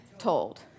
told